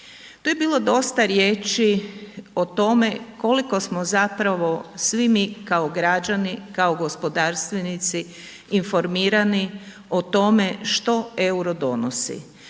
Tu je bilo dosta riječi o tome koliko smo zapravo svi mi kao građani, kao gospodarstvenici informirani o tome što euro donosi,